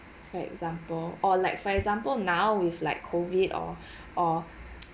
for example or like for example now with like COVID or or